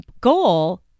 goal